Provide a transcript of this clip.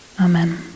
Amen